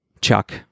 Chuck